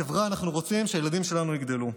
חברה אנחנו רוצים שהילדים שלנו יגדלו,